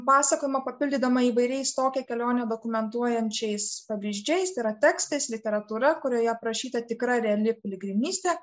pasakojimą papildydama įvairiais tokią kelionę dokumentuojančiais pavyzdžiais tai yra tekstas literatūra kurioje aprašyta tikra reali piligrimystė